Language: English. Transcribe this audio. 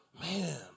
man